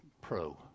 pro